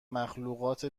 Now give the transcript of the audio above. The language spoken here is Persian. مخلوقات